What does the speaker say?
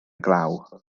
glaw